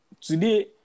Today